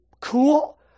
cool